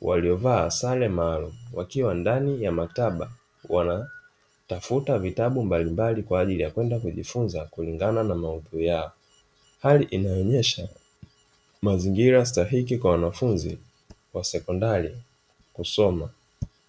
waliovaa sare maalumu, wakiwa ndani ya maktaba wanatafuta vitabu mbalimbali kwa ajili ya kwenda kujifunza kulingana na maudhui yao hali inaonyesha mazingira sahihi kwa wanafunzi wa sekondari kusoma.